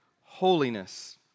holiness